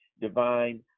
divine